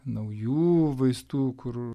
naujų vaistų kur